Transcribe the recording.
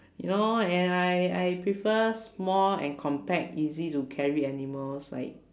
you know and I I prefer small and compact easy to carry animals like